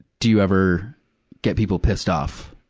do you ever get people pissed off?